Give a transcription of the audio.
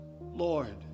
Lord